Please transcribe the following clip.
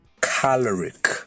caloric